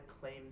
claim